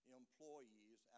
employees